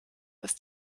ist